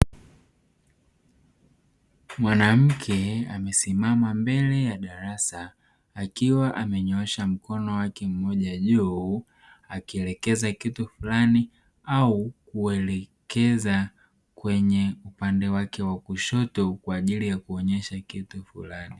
Mwanamke amesimama mbele ya darasa akiwa amenyoosha mkono wake mmoja juu akielekeza kitu fulani au huelekeza kwenye upande wake wa kushoto kwa ajili ya kuonyesha kitu fulani.